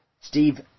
Steve